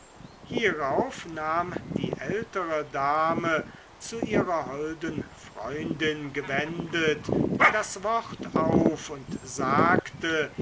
hierauf nahm die ältere dame zu ihrer holden freundin gewendet das wort auf und sagte